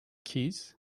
keys